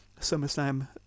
SummerSlam